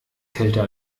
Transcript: kälter